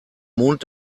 mond